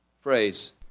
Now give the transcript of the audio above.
phrase